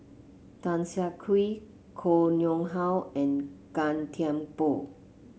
Tan Siah Kwee Koh Nguang How and Gan Thiam Poh